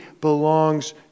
belongs